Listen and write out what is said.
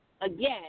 again